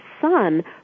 son